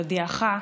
להודיעך,